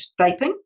vaping